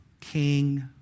king